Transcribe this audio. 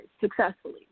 successfully